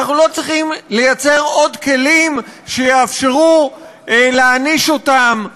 אנחנו לא צריכים ליצור עוד כלים שיאפשרו להעניש אותם,